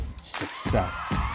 success